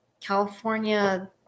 California